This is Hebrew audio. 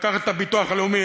לקחת את הביטוח הלאומי,